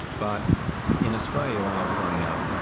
but in australia when i was growing up,